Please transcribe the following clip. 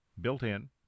built-in